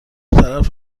طرف